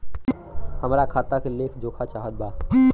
हमरा खाता के लेख जोखा चाहत बा?